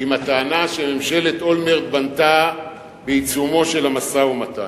עם הטענה שממשלת אולמרט בנתה בעיצומו של המשא-ומתן.